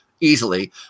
easily